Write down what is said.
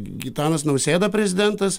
gitanas nausėda prezidentas